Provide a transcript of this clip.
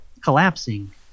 collapsing